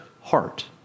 heart